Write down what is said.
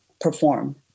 perform